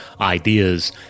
ideas